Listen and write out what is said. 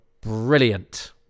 Brilliant